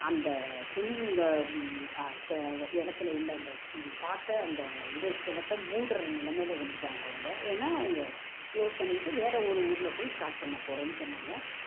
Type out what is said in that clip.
அந்த ஸ்விம்மிங்கை வ ப இடத்துல உள்ள அந்த பார்த்த அந்த இது குளத்த மூடுகிற நிலைமையில் வந்துவிட்டாங்க அவங்க ஏன்னா அவங்க க்ளோஸ் பண்ணிவிட்டு வேறு ஒரு ஊரில் போய் ஸ்டார்ட் பண்ண போகறோம்ன்னு சொன்னாங்க